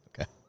Okay